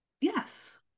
Yes